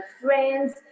friends